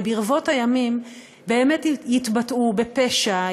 וברבות הימים באמת יתבטאו בפשע,